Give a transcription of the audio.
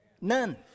None